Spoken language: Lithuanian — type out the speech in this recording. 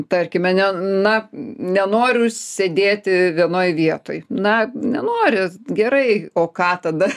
tarkime ne na nenoriu sėdėti vienoj vietoj na nenori gerai o ką tada